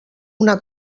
una